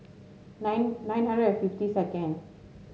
nine nine hundred and fifty second